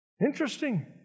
Interesting